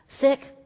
sick